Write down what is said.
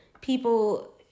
people